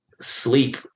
sleep